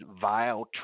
vile